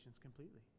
completely